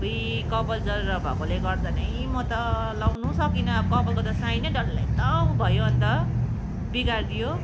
अबुई कपाल जरर भएकोले गर्दा नै म त लाउनु सकिनँ कपालको त साइनै डल्लै त उ भयो अन्त बिगारिदियो